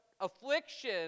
affliction